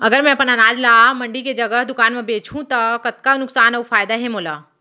अगर मैं अपन अनाज ला मंडी के जगह दुकान म बेचहूँ त कतका नुकसान अऊ फायदा हे मोला?